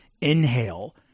inhale